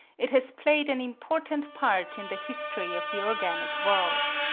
it has played an important part in the history of the organic world.